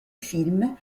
film